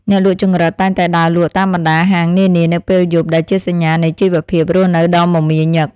អ្នកលក់ចង្រិតតែងតែដើរលក់តាមបណ្តាហាងនានានៅពេលយប់ដែលជាសញ្ញានៃជីវភាពរស់នៅដ៏មមាញឹក។